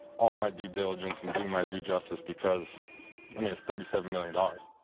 all my due diligence and do my due justice because i mean, it's thirty seven million dollars